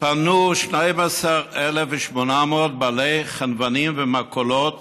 פנו 12,800 חנוונים ובעלי מכולות